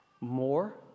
More